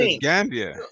Gambia